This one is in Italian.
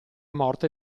morte